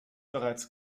bereits